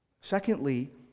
secondly